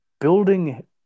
building